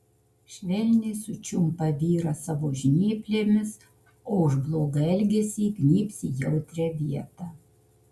švelniai sučiumpa vyrą savo žnyplėmis o už blogą elgesį įgnybs į jautrią vietą